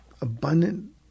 abundant